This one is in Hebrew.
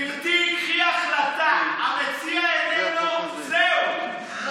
גברתי, קחי החלטה: המציע איננו, זהו.